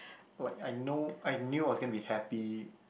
like I know I knew I was gonna be happy